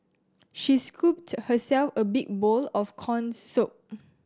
she scooped herself a big bowl of corn soup